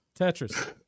Tetris